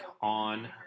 on